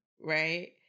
Right